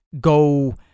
Go